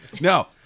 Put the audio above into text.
No